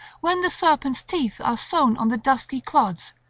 when the serpent's teeth are sown on the dusky clods,